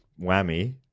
whammy